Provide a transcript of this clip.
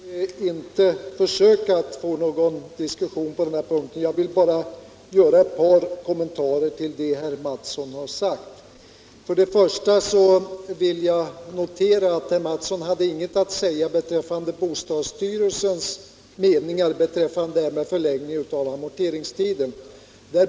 Herr talman! Jag skall inte försöka få till stånd någon diskussion på denna punkt utan vill bara göra några kommentarer till det som herr Mattsson har sagt. Jag vill först notera att herr Mattsson inte har något att säga om bostadsstyrelsens yttrande i frågan om en förlängning av amorteringstiden.